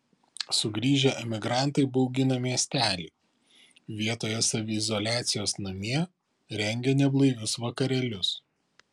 sugrįžę emigrantai baugina miestelį vietoje saviizoliacijos namie rengia neblaivius vakarėlius